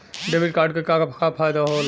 Debit card क का फायदा हो ला?